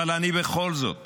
אבל אני בכל זאת